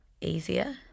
easier